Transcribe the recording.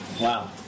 Wow